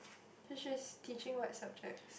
to she's teaching what subjects